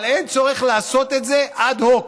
אבל אין צורך לעשות את זה אד-הוק.